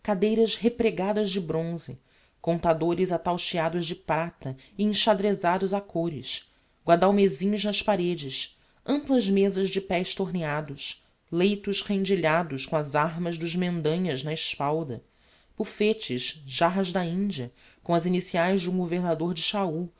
cadeiras repregadas de bronze contadores atauxiados de prata e enxadrezados a côres guadalmesins nas paredes amplas mesas de pés torneados leitos rendilhados com as armas dos mendanhas na espalda bufetes jarras da india com as iniciaes de um governador de chaul